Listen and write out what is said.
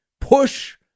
push